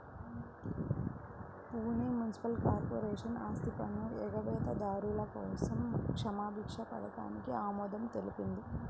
Pune municipal corporation ఆస్తిపన్ను ఎగవేతదారుల కోసం క్షమాభిక్ష పథకానికి ఆమోదం తెలిపింది